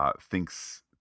thinks